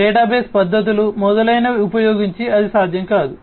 database పద్ధతులు మొదలైనవి ఉపయోగించి అది సాధ్యం కాదు